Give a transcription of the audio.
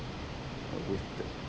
with the